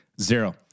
zero